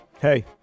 Hey